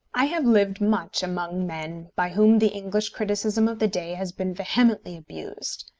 i have lived much among men by whom the english criticism of the day has been vehemently abused.